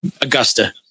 Augusta